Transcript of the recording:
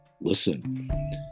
listen